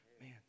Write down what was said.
Man